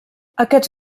aquests